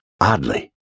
Oddly